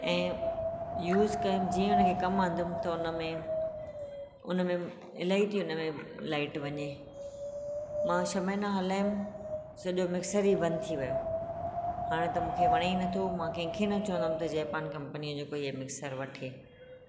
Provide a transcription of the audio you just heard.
ऐं यूस कयमि जीअं हुन खे कमु आंदुमि त उन में उन में इलाई थी उन में लाईट वञे मां छह महिना हलायमि सॼो मिक्सर ई बंद थी वियो हाणे त मूंखे वणे ई न थो मां कंहिं खे न चवंदमि त जेपान कंपनीअ जो को ही मिक्सर वठे